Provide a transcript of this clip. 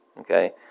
okay